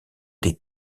des